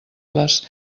les